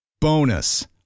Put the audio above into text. Bonus